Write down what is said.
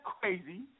crazy